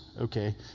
Okay